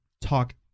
talk